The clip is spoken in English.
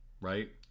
right